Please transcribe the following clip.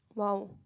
!wow!